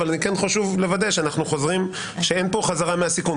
אבל כן חשוב לנמק כשאין פה חזרה מהסיכום,